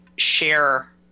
share